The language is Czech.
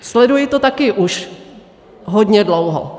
Sleduji to taky už hodně dlouho.